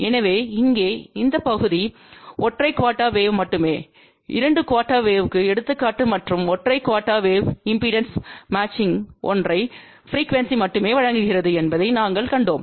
எனவே இங்கே இந்த பகுதி ஒற்றை குஆர்டெர் வேவ் மட்டுமே 2 குஆர்டெர் வேவ்க்கு எடுத்துக்காட்டு மற்றும் ஒற்றை குஆர்டெர் வேவ் இம்பெடன்ஸ் மேட்சிங்த்தை ஒற்றை ப்ரிக்யூவென்ஸி மட்டுமே வழங்குகிறது என்பதை நாங்கள் கண்டோம்